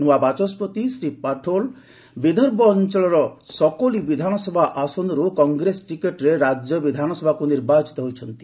ନ୍ତୁଆ ବାଚସ୍କତି ଶ୍ରୀ ପାଟୋଲ୍ ବିଦର୍ଭ ଅଞ୍ଚଳର ସକୋଲି ବିଧାନସଭା ଆସେନର୍ କଂଗ୍ରେସ ଟିକଟରେ ରାଜ୍ୟ ବିଧାନସଭାକୁ ନିର୍ବାଚିତ ହୋଇଛନ୍ତି